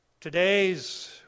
Today's